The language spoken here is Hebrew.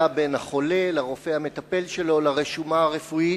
בין החולה לרופא המטפל שלו ולרשומה הרפואית,